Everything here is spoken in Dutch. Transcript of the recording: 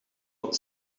van